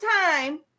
time